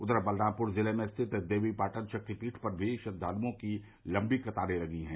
उघर बलरामपुर जिले में स्थित देवीपाटन शक्तिपीठ पर भी श्रद्वालुओं की लम्बी कतारे लगी हैं